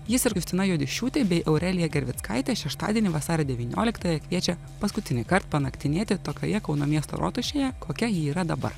jis ir kristina juodišiūtei bei aurelija gervickaitė šeštadienį vasario devynioliktąją kviečia paskutinį kart panaktinėti tokioje kauno miesto rotušėje kokia ji yra dabar